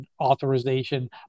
authorization